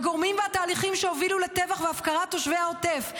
הגורמים והתהליכים שהובילו לטבח והפקרת תושבי העוטף,